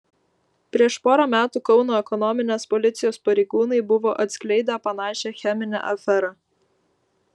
prieš porą metų kauno ekonominės policijos pareigūnai buvo atskleidę panašią cheminę aferą